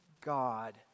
God